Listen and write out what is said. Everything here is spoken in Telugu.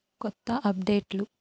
కొత్త అప్డేట్లు